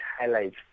highlights